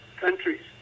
countries